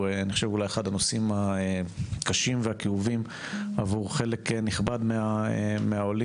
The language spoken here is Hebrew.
אני חושב שזהו אחד הנושאים הקשים והכאובים עבור חלק נכבד מהעולים.